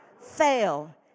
fail